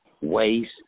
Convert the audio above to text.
waste